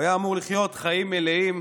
הוא היה אמור לחיות חיים מלאים,